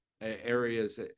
areas